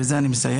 ובזה אני מסיים,